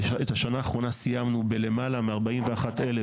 את השנה האחרונה סיימנו בלמעלה מ-41,000